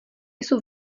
jsou